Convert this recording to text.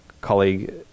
colleague